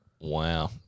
Wow